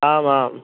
आम् आम्